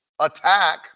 attack